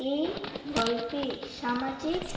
এই গল্পে সামাজিক